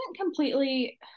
completely